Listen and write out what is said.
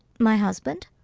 my husband.